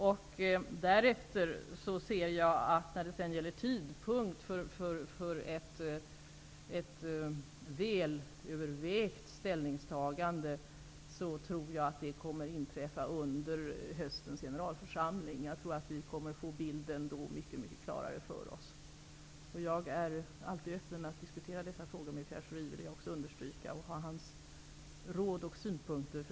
Tidpunkten för att göra ett väl övervägt ställningstagande tror jag kommer att inträffa när generalförsamlingen sammanträder i höst. Vi kommer då att få bilden mycket klarare för oss. Jag är alltid öppen för att diskutera dessa frågor med Pierre Schori och få hans råd och synpunkter.